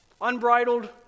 Unbridled